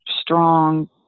strong